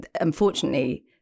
unfortunately